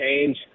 change